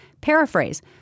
Paraphrase